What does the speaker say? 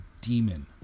demon